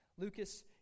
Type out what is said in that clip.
Lucas